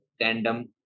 tandem